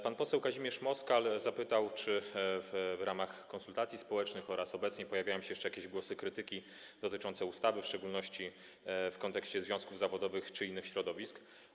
Pan poseł Kazimierz Moskal zapytał, czy w ramach konsultacji społecznych pojawiały się i czy pojawiają się obecnie jeszcze jakieś głosy krytyki dotyczące ustawy, w szczególności w kontekście związków zawodowych czy innych środowisk.